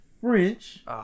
French